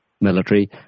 military